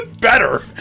Better